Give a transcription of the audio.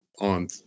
on